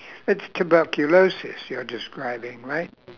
that's tuberculosis you're describing right